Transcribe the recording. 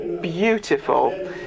beautiful